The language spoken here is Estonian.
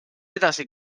edasi